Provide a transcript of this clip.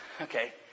okay